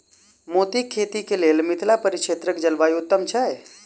मोतीक खेती केँ लेल मिथिला परिक्षेत्रक जलवायु उत्तम छै?